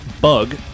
Bug